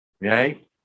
right